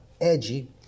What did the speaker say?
edgy